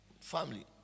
family